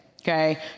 okay